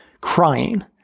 crying